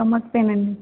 stomach pain అండి